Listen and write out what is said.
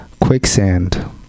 quicksand